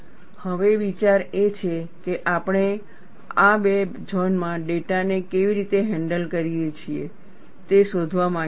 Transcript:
હવે વિચાર એ છે કે આપણે આ બે ઝોનમાં ડેટાને કેવી રીતે હેન્ડલ કરીએ છીએ તે શોધવા માંગીએ છીએ